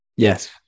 Yes